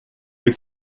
avec